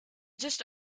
just